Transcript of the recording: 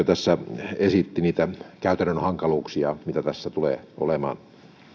tässä esitti niitä käytännön hankaluuksia mitä tässä tulee olemaan